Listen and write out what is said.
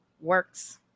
works